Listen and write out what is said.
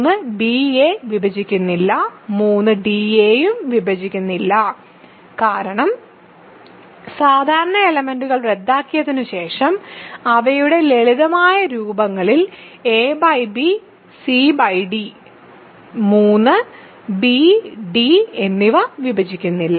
3 b യെ വിഭജിക്കുന്നില്ല 3 d യെയും വിഭജിക്കുന്നില്ല കാരണം സാധാരണ എലെമെന്റ്സ്കൾ റദ്ദാക്കിയതിനുശേഷം അവയുടെ ലളിതമായ രൂപങ്ങളിൽ ab cd 3 b d എന്നിവ വിഭജിക്കുന്നില്ല